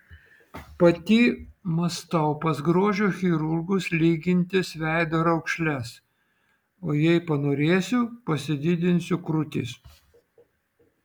pati mąstau pas grožio chirurgus lygintis veido raukšles o jei panorėsiu pasididinsiu krūtis